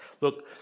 look